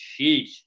Sheesh